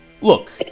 Look